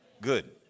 Good